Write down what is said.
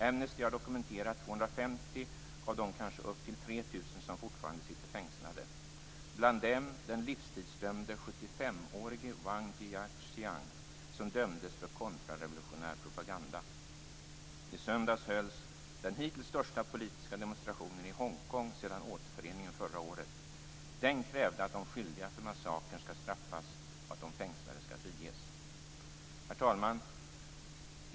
Amnesty har dokumenterat 250 av de kanske upp till 3 000 som fortfarande sitter fängslade, bland dem den livstidsdömde 75-årige Wang Jiaxiang som dömdes för kontrarevolutionär propaganda. I söndags hölls den hittills största politiska demonstrationen i Hongkong sedan återföreningen förra året. Där krävdes att de skyldiga för massakern vid Tienanmen Square skall straffas och att de fängslade skall friges. Herr talman!